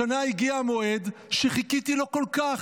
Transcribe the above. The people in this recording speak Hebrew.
השנה הגיע מועד שחיכיתי לו כל כך.